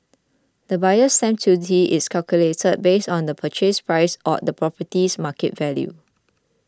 the Buyer's Stamp Duty is calculated based on the Purchase Price or the property's market value